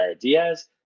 Diaz